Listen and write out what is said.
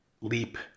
leap